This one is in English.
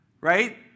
right